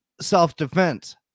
self-defense